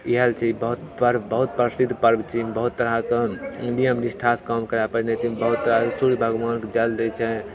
इएह लए छै ई बहुत पर्व बहुत प्रसिद्ध पर्व छियै अइमे बहुत तरहके ई नियम निष्ठासँ काम करय पहिने ईमे बहुत तरहसँ सूर्य भगवानके जल दै छै